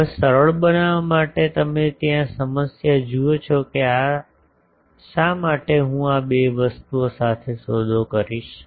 હવે સરળ બનાવવા માટે તમે તે સમસ્યા જુઓ છો કે શા માટે હું બે વસ્તુઓ સાથે સોદો કરીશ